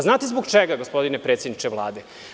Znate zbog čega gospodine predsedniče Vlade?